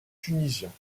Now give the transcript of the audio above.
tunisiens